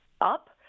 up